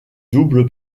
double